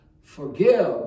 Forgive